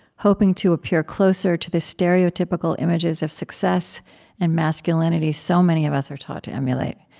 hoping to appear closer to the stereotypical images of success and masculinity so many of us are taught to emulate.